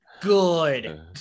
good